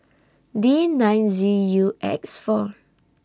D nine Z U X four